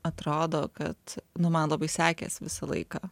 atrodo kad nu man labai sekėsi visą laiką